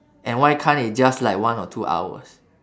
and why can't it just like one or two hours